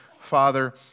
Father